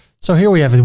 so here we have,